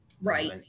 Right